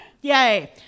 Yay